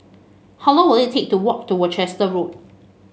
how long will it take to walk to Worcester Road